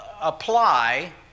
apply